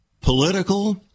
political